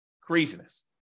Craziness